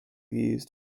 used